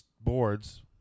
boards